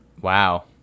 Wow